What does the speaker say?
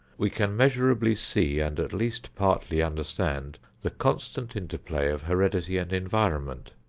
we can measurably see and at least partly understand the constant inter-play of heredity and environment.